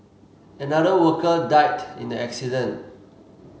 another worker died in the accident